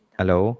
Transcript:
hello